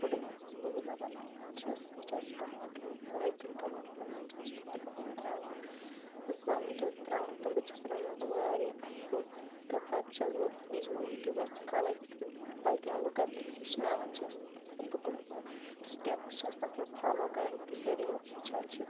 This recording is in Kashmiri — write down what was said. فُڈٕ منٛز یُس بہٕ غذا بَناوان چھَس بہٕ چھَس ٹماٹر یُتھُے بہٕ ٹماٹر رَنان چھَس بہٕ چھَس تھوڑا رۄہَن ترٛاوان زامُت دۄد ترٛاوان تہٕ بہٕ چھَس رَنان تِم واریاہ اَصٕل تہٕ پَتہٕ چھَس بہٕ بیٚیہِ چھَس بہٕ یوٗٹیوٗبَس تہِ کھالان یِتھ کٔنۍ باقٕیَن لُکَن تہِ بہٕ ہیٚچھناوان چھَس بہٕ کٕم کٕم سٹٮ۪پٕس چھَس تَتھ منٛز فالو کَران یُتھ کہِ سٲری لُکھ ہیٚچھَن چھِ